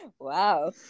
Wow